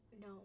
No